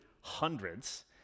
hundreds